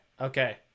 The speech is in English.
Okay